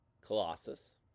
Colossus